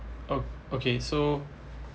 oh okay so